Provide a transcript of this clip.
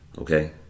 Okay